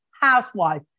housewife